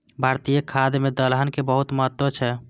भारतीय खाद्य मे दलहन के बहुत महत्व छै